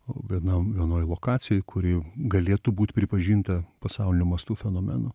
o vienam vienoj lokacijoj kuri galėtų būt pripažinta pasauliniu mastu fenomenu